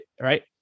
right